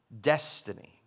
destiny